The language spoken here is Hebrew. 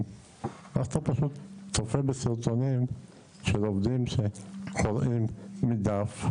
ואז אתה פשוט צופה בסרטונים של עובדים שקוראים מדף.